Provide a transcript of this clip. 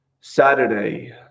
Saturday